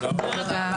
תודה רבה.